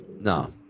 No